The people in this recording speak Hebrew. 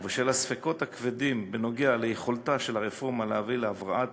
ובשל הספקות הכבדים בנוגע ליכולתה של הרפורמה להביא להבראת